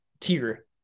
tier